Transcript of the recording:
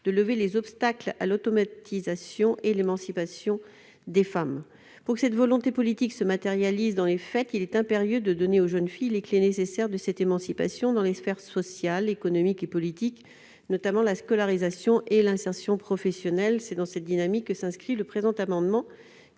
de lever les obstacles à l'autonomisation et à l'émancipation des femmes. Pour que cette volonté politique se matérialise dans les faits, il est impératif de donner aux jeunes filles les clés nécessaires de cette émancipation dans les sphères sociale, économique et politique, notamment par la scolarisation et l'insertion professionnelle. C'est dans cette dynamique que s'inscrit le présent amendement